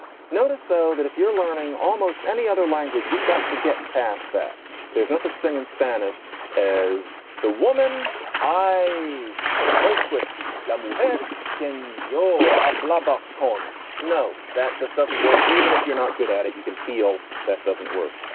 notice, though, that if you're learning almost any other language, you've got to get past that there's no such thing in spanish as the woman i was boq with the yeah male head can yo a blubber. cohen no, that just doesn't work. even if you're not good at it, you can feel that doesn't work.